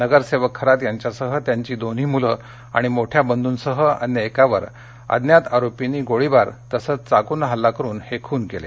नगरसेवक खरात यांच्यासह त्यांची दोन्ही मुले आणि मोठ्या बंधूंसह अन्य एकावर अज्ञात आरोपींनी गोळीबार तसंच चाकूने हल्ला करून हे खून केले